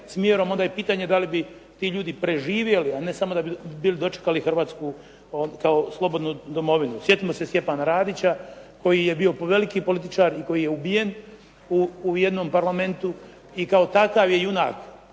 smjerom, onda je pitanje da li bi ti ljudi preživjeli, a ne samo da bi bili dočekali Hrvatsku kao slobodnu domovinu. Sjetimo se Stjepana Radića koji je bio veliki političar i koji je ubijen u jednom parlamentu, i kao takav je junak.